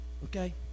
Okay